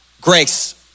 Grace